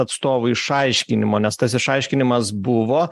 atstovai išaiškinimo nes tas išaiškinimas buvo